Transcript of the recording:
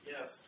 yes